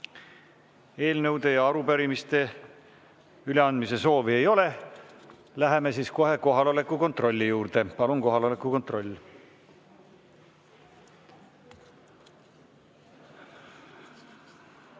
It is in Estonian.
Eelnõude ja arupärimiste üleandmise soovi ei ole. Läheme siis kohe kohaloleku kontrolli juurde. Palun kohaloleku kontroll!